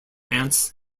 ants